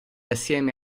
assieme